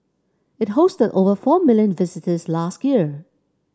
it hosted over four million visitors last year